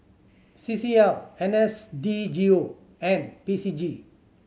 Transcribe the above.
C C L N S D G O and P C G